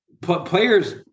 players –